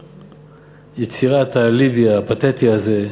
שיצירת האליבי הפתטי הזה,